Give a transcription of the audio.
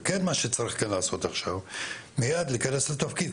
וכן מה שצריך לעשות עכשיו, מיד להיכנס לתפקיד.